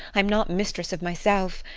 i am not mistress of myself.